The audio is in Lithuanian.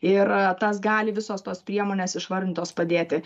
ir tas gali visos tos priemonės išvardintos padėti